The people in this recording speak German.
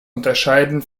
unterscheiden